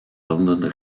landen